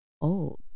old